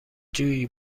جویی